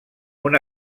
una